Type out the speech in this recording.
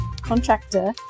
contractor